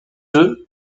œufs